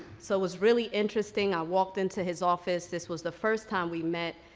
so it was really interesting i walked into his office, this was the first time we met,